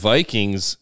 Vikings –